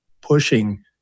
pushing